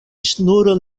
ŝnuro